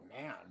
man